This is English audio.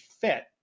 fit